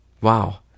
Wow